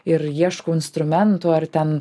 ir ieškau instrumentų ar ten